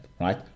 right